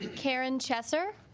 karen chesser